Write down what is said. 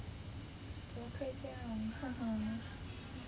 怎么可以这样 !huh! !huh!